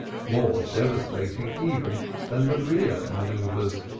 more devastating even than the rear manoeuvres.